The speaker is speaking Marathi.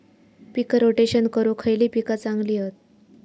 पीक रोटेशन करूक खयली पीका चांगली हत?